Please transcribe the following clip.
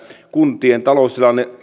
kuntien taloustilanne